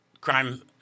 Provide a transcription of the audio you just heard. crime